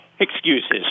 excuses